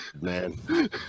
man